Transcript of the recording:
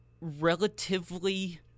relatively